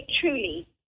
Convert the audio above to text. truly